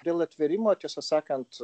dėl atvėrimo tiesą sakant